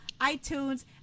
iTunes